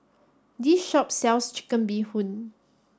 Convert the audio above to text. this shop sells chicken bee Hoon